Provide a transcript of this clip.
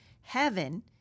heaven